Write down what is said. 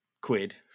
quid